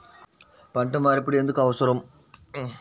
పంట మార్పిడి ఎందుకు అవసరం?